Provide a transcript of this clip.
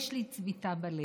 יש לי צביטה בלב.